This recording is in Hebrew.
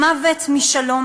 הזה.